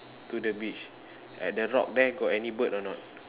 to the beach at the rock there got any bird or not